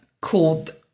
called